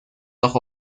auch